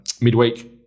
midweek